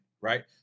right